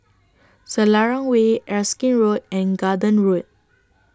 Selarang Way Erskine Road and Garden Road